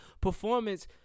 performance